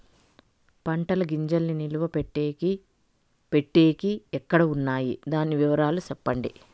పంటల గింజల్ని నిలువ పెట్టేకి పెట్టేకి ఎక్కడ వున్నాయి? దాని వివరాలు సెప్పండి?